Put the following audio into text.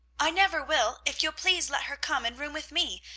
i never will if you'll please let her come and room with me.